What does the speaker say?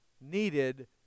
needed